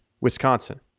Wisconsin